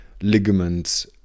ligaments